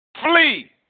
Flee